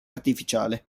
artificiale